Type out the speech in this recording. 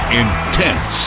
intense